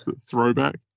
Throwback